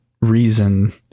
reason